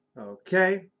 Okay